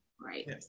Right